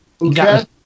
Okay